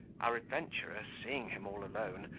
our adventurer, seeing him all alone,